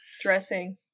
dressing